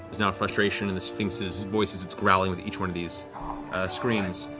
there's now frustration in the sphinx's voice as it's growling with each one of these screams.